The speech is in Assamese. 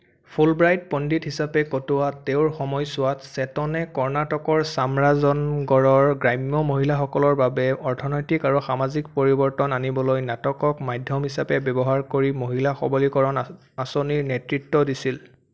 ফুলব্ৰাইট পণ্ডিত হিচাপে কটোৱা তেওঁৰ সময়ছোৱাত চেতনে কৰ্ণাটকৰ চামৰাজনগৰৰ গ্ৰাম্য মহিলাসকলৰ বাবে অৰ্থনৈতিক আৰু সামাজিক পৰিৱৰ্তন আনিবলৈ নাটকক মাধ্যম হিচাপে ব্যৱহাৰ কৰি মহিলা সবলীকৰণ আ আঁচনিৰ নেতৃত্ব দিছিল